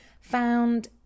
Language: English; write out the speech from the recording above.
found